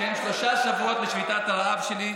שהם שלושה שבועות לשביתת הרעב שלי,